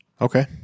Okay